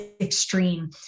extreme